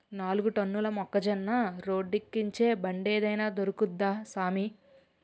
నాలుగు టన్నుల మొక్కజొన్న రోడ్డేక్కించే బండేదైన దొరుకుద్దా సామీ